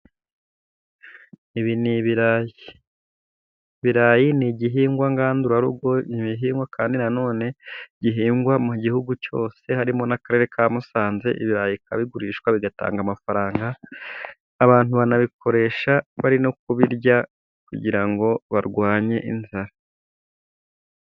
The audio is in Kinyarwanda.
Ibi ni ibirayi. Ibirarayi ni igihingwa ngandurarugo, ni bihingwa kandi nanone gihingwa mu gihugu cyose, harimo n'akarere ka Musanze, ibirayi bikaba bigurishwa, bigatanga amafaranga, abantu banabikoresha bari no kubirya, kugira ngo barwanye inzara.